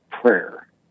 prayer